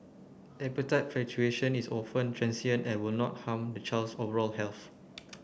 appetite fluctuation is often transient and will not harm the child's overall health